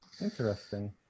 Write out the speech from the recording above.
interesting